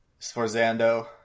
Sforzando